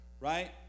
Right